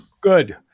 Good